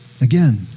Again